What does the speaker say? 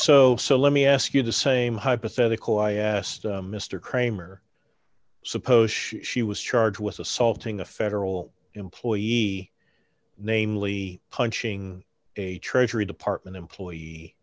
so so let me ask you the same hypothetical i asked mr kramer suppose she was charged with assaulting a federal employee namely punching a treasury department employee